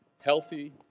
healthy